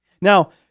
Now